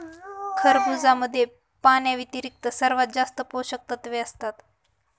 खरबुजामध्ये पाण्याव्यतिरिक्त सर्वात जास्त पोषकतत्वे असतात